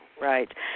right